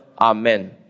Amen